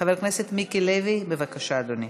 חבר הכנסת מיקי לוי, בבקשה, אדוני.